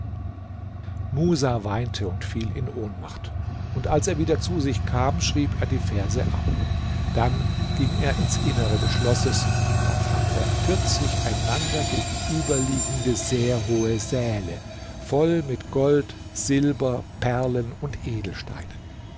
musa weinte und fiel in ohnmacht und als er wieder zu sich kam schrieb er die verse ab dann ging er ins innere des schlosses da fand er vierzig einander gegenüberliegende sehr hohe säle voll mit gold silber perlen und edelsteinen